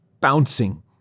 bouncing